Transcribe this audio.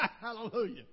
Hallelujah